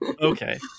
Okay